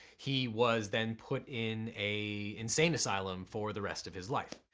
he was then put in a insane asylum for the rest of his life.